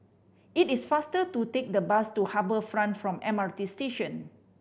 it is faster to take the bus to Harbour Front from M R T Station